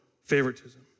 favoritism